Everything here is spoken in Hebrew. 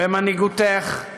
במנהיגותך,